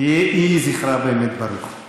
יהי זכרה ברוך.